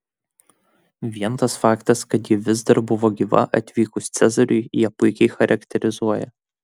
vien tas faktas kad ji vis dar buvo gyva atvykus cezariui ją puikiai charakterizuoja